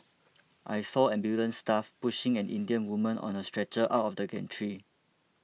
I saw ambulance staff pushing an Indian woman on a stretcher out of the gantry